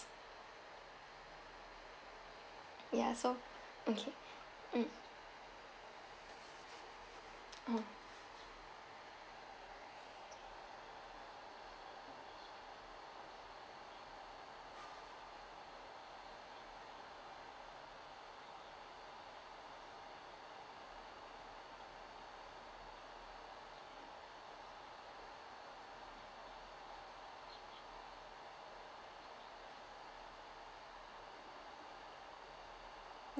yeah so okay um uh